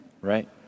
Right